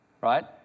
right